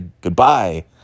Goodbye